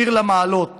"שיר למעלות